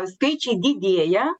skaičiai didėja